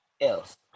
else